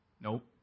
nope